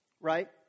right